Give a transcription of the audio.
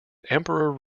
emperor